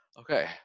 Okay